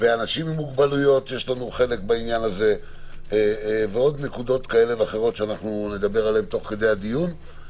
עם מוגבלויות ועוד נקודות כאלה ואחרות שנדבר עליהן תוך כדי הדיון.